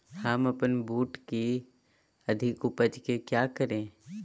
हम अपन बूट की अधिक उपज के क्या करे?